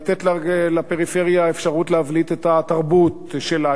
לתת לפריפריה אפשרות להבליט את התרבות שלה,